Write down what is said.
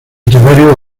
literario